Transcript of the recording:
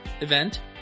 event